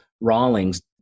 Rawlings